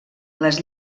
les